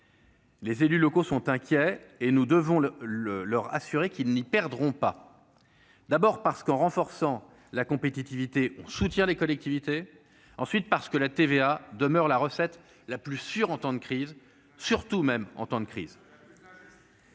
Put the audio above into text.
Les élus locaux sont inquiets et nous devons le le leur assurer qu'il n'y perdront pas d'abord parce qu'en renforçant la compétitivité, on soutient les collectivités, ensuite parce que la TVA demeure la recette la plus sûre en temps de crise, surtout, même en temps de crise.